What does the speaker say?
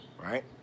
Right